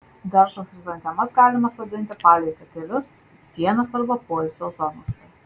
daržo chrizantemas galima sodinti palei takelius sienas arba poilsio zonose